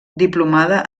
diplomada